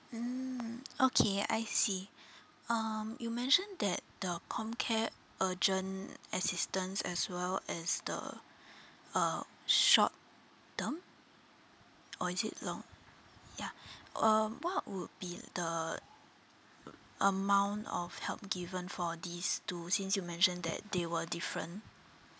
mm okay I see um you mentioned that the comcare urgent assistance as well as the uh short term or is it long yeah um what would be the (poo) amount of help given for these two since you mentioned that they were different